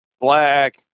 black